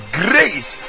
grace